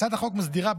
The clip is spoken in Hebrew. הצעת החוק מסדירה,